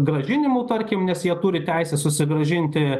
grąžinimu tarkim nes jie turi teisę susigrąžinti